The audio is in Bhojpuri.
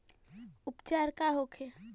उपचार का होखे?